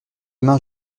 mains